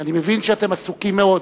שאני מבין שאתם עסוקים מאוד,